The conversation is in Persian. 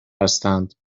هستند